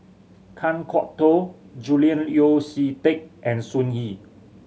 Kan Kwok Toh Julian Yeo See Teck and Sun Yee